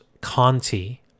Conti